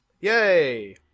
Yay